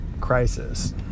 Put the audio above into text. crisis